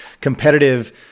competitive